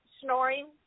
snoring